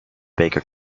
baker